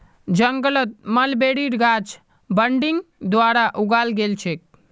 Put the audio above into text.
जंगलत मलबेरीर गाछ बडिंग द्वारा उगाल गेल छेक